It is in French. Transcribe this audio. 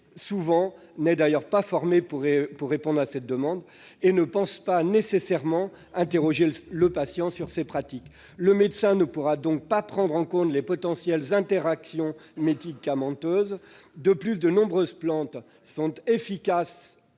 n'est souvent pas formé pour répondre à cette demande et ne pense pas nécessairement à interroger le patient sur ses pratiques. Le médecin ne pourra donc pas prendre en compte les potentielles interactions médicamenteuses. De plus, de nombreuses plantes sont d'une